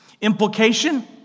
Implication